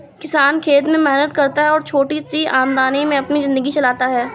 किसान खेत में मेहनत करता है और छोटी सी आमदनी में अपनी जिंदगी चलाता है